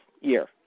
year